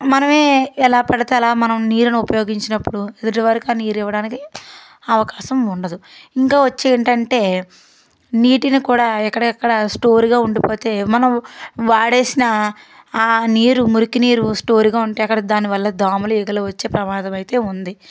మనం ఎలా పడితే అలా మనం నీరుని ఉపయోగించినప్పుడు ఎదుటివారికి ఆ నీరు ఇవ్వడానికి అవకాశం ఉండదు ఇంకా వచ్చి ఏంటంటే నీటిని కూడా ఎక్కడికి అక్కడ స్టోర్గా ఉండిపోతే మనం వాడేసిన ఆ నీరు మురికి నీరు స్టోర్గా ఉంటే అక్కడ దానివల్ల దోమలు ఈగలు వచ్చే ప్రమాదం అయితే ఉంది